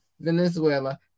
Venezuela